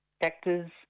actors